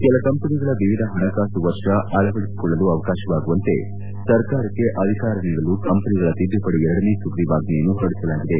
ಕೆಲ ಕಂಪನಿಗಳು ವಿವಿಧ ಹಣಕಾಸು ವರ್ಷ ಅಳವಡಿಸಿಕೊಳ್ಳಲು ಅವಕಾಶವಾಗುವಂತೆ ಸರ್ಕಾರಕ್ಷೆ ಅಧಿಕಾರ ನೀಡಲು ಕಂಪನಿಗಳ ತಿದ್ದುಪಡಿ ಎರಡನೇ ಸುಗ್ರೀವಾಜ್ಞೆಯನ್ನು ಹೊರಡಿಸಲಾಗಿದೆ